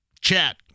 chat